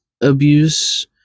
abuse